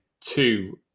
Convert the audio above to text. two